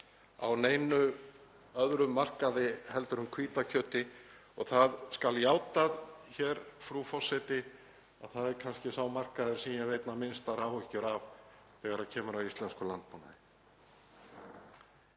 á neinum öðrum markaði heldur en hvítu kjöti og það skal játað hér, frú forseti, að það er kannski sá markaður sem ég hef einna minnstar áhyggjur af þegar kemur að íslenskum landbúnaði.